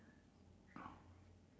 ah